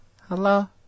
Hello